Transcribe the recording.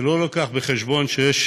ולא נלקח בחשבון שיש